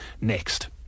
next